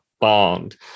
bond